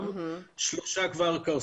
שניים מהם אתנו פה עכשיו, שלושה כבר קרסו.